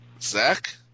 Zach